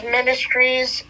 Ministries